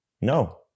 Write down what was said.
No